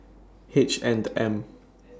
H and M